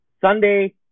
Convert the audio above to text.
Sunday